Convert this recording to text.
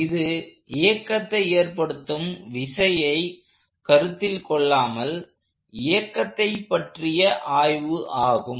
இது இயக்கத்தை ஏற்படுத்தும் விசையை கருத்தில் கொள்ளாமல் இயக்கத்தை பற்றிய ஆய்வு ஆகும்